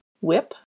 Whip